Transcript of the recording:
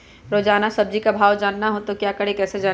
रोजाना सब्जी का भाव जानना हो तो क्या करें कैसे जाने?